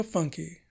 Funky